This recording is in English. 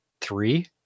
three